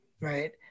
Right